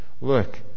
Look